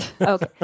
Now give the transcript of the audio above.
Okay